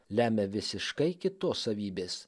lemia visiškai kitos savybės